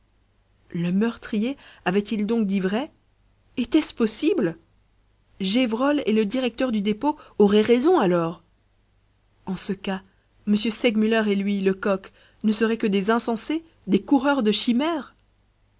le meurtrier avait-il donc dit vrai était-ce possible gévrol et le directeur du dépôt auraient raison alors en ce cas m segmuller et lui lecoq ne seraient que des insensés des coureurs de chimères